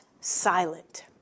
silent